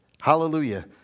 hallelujah